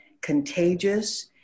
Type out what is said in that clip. contagious